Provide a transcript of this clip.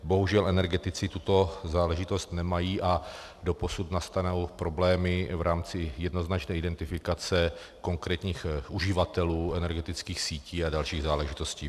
Bohužel energetici tuto záležitost nemají a doposud nastanou problémy v rámci jednoznačné identifikace konkrétních uživatelů energetických sítí a dalších záležitostí.